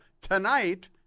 tonight